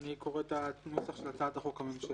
אני קורא את הנוסח של הצעת החוק הממשלתית.